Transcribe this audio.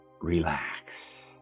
relax